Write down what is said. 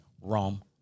Rome